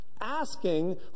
asking